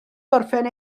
gorffen